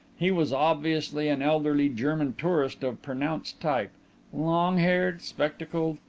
he was obviously an elderly german tourist of pronounced type long-haired, spectacled,